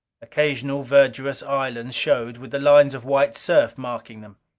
occasional verdurous islands showed, with the lines of white surf marking them.